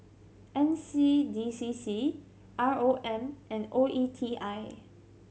N C D C C R O M and O E T I